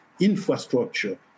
infrastructure